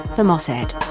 the mossad.